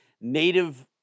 Native